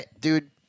dude